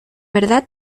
verdad